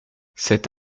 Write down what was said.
cet